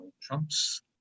Trump's